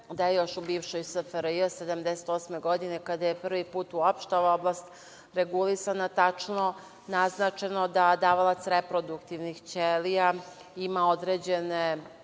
grupe. Još u bivšoj SFRJ 1978. godine, kada je prvi put uopšte ova oblast regulisana, tačno naznačeno da davalac reproduktivnih ćelija ima određene